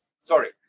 Sorry